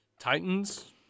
Titans